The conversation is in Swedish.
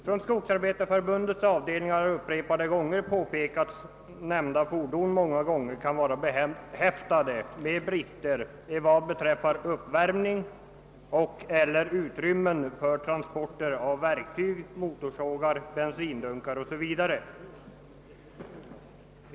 Från Skogsarbetareförbundets avdelningar har upprepade gånger påpekats att nämnda fordon många gånger kan vara behäftade med brister vad beträffar uppvärmning och/eller utrymmen för transport av verktyg, motorsågar, bensindunkar 0. s. v.